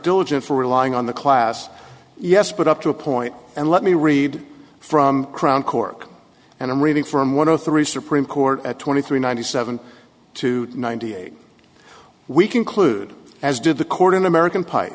diligent for relying on the class yes but up to a point and let me read from crown court and i'm reading from one of the three supreme court at twenty three ninety seven to ninety eight we conclude as did the court in american pi